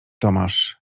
tomasz